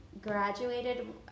graduated